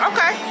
Okay